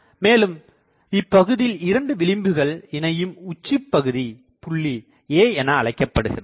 மேலும் இப்பகுதியில் இரண்டு விளிம்புகள் இணையும் உச்சிபகுதி புள்ளி A என அழைக்கப்படுகிறது